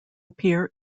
appear